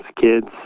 kids